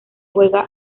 juega